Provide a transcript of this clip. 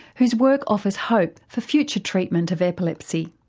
whose work offers hope for future treatment of epilepsy.